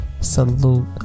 Salute